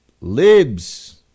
Libs